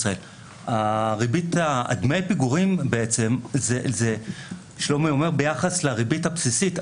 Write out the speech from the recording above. שלומי אומר שדמי הפיגורים הם ביחס לריבית הבסיסית,